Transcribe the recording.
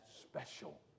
special